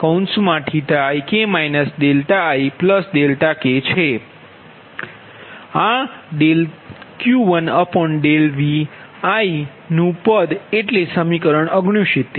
આ QiVi ViYiisin ii k1nViVkYiksin⁡ik ik એટલે સમીકરણ 69